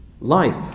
life